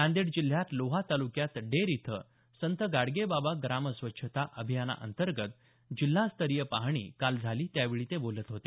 नांदेड जिल्ह्यात लोहा तालुक्यात डेर इथं संत गाडगेबाबा ग्राम स्वच्छता अभियानातर्गत जिल्हास्तरीय पाहणी काल झाली त्यावेळी ते बोलत होते